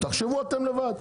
תחשבו לבד.